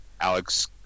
Alex